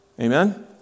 Amen